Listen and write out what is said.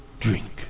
drink